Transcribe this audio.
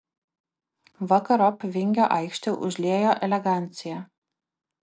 vakarop vingio aikštę užliejo elegancija